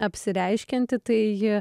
apsireiškianti tai ji